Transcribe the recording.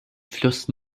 fluss